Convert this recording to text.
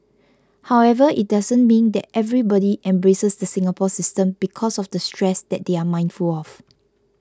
however it doesn't mean that everybody embraces the Singapore system because of the stress that they are mindful of